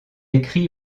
écrit